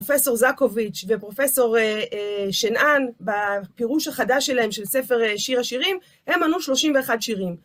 פרופסור זקוביץ' ופרופסור שנאן, בפירוש החדש שלהם של ספר שיר השירים, הם ענו 31 שירים.